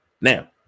Now